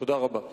תודה רבה.